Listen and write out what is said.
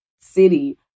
city